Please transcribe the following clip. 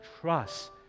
trust